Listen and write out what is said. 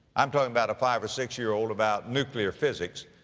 i'm talking about a five or six-year-old, about nuclear physics,